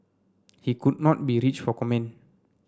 he could not be reached for comment